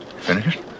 Finished